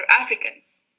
africans